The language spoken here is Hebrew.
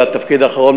והתפקיד האחרון,